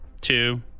two